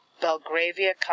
Belgravia